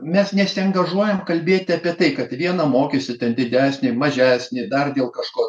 mes nesiangažuojam kalbėti apie tai kad vieną mokysi ten didesnį mažesnį dar dėl kažko